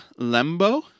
Lembo